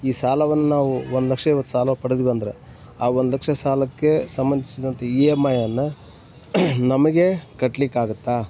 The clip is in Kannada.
ಈ ಸಾಲವನ್ನು ನಾವು ಒಂದು ಲಕ್ಷ ಇವತ್ತು ಸಾಲ ಪಡೆದ್ವಿ ಅಂದರೆ ಆ ಒಂದು ಲಕ್ಷ ಸಾಲಕ್ಕೆ ಸಂಬಂಧಿಸಿದಂತೆ ಇ ಎಮ್ ಐ ಅನ್ನೋ ನಮಗೆ ಕಟ್ಟಲಿಕ್ಕಾಗತ್ತಾ